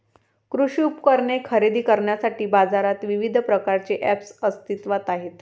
कृषी उपकरणे खरेदी करण्यासाठी बाजारात विविध प्रकारचे ऐप्स अस्तित्त्वात आहेत